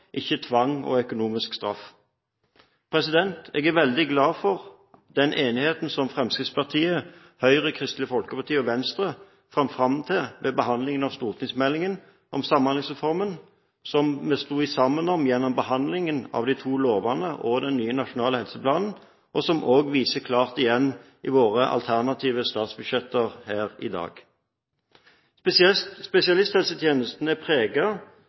ikke tvang og økonomisk straff. Jeg er veldig glad for den enigheten som Fremskrittspartiet, Høyre, Kristelig Folkeparti og Venstre fant fram til ved behandlingen av stortingsmeldingen om Samhandlingsreformen, som vi sto sammen om gjennom behandlingen av de to lovene og den nye nasjonale helseplanen, og som også viser klart igjen i våre alternative statsbudsjetter her i dag. Spesialisthelsetjenesten er